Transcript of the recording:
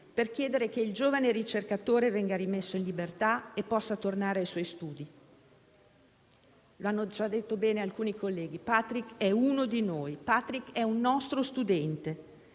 per chiedere che il giovane ricercatore venga rimesso in libertà e possa tornare ai suoi studi. L'hanno già detto bene alcuni colleghi: Patrick è uno di noi; Patrick è un nostro studente,